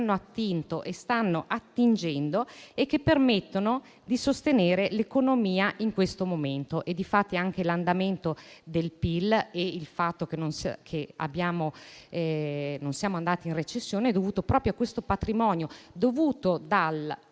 hanno attinto e stanno attingendo e che permettono di sostenere l'economia in questo momento. Difatti, anche l'andamento del PIL e il fatto che non siamo andati in recessione sono dovuti proprio a questo patrimonio, dovuto alle